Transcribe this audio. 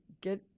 get